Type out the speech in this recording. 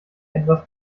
etwas